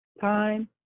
time